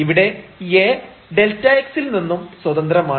ഇവിടെ A Δx ൽ നിന്നും സ്വതന്ത്രമാണ്